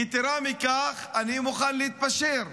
יתרה מזו, אני מוכן להתפשר.